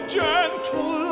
gentle